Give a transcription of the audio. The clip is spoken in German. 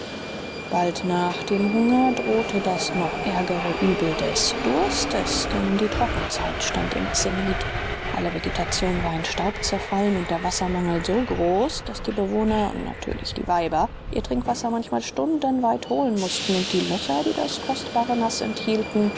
bald nach dem hunger drohte das noch ärgere übel des durstes denn die trockenzeit stand im zenit alle vegetation war in staub zerfallen und der wassermangel so groß daß die bewohner natürlich die weiber ihr trinkwasser manchmal stundenweit holen mußten und die löcher die das kostbare naß enthielten